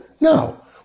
No